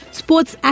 sports